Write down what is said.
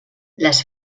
les